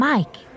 Mike